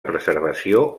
preservació